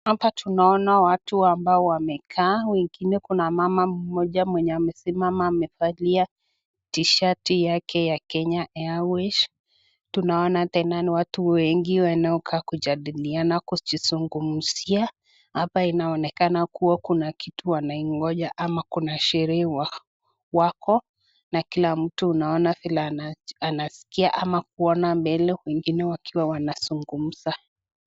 Hapa tunaona watu ambao wamekaa wengine kuna mama mmoja amesimama amevalia t-shati yake ya Kenya Airways. Tunaona watu wengi wanaokaa kujadiliana kujizungumzia hapa inaonekana kuwa kuna kitu wanaingoja ama kuna sherehe wako na kila mtu unaona vile anaskia ama kuona mbele wengine wakiwa wanazungumza.